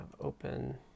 open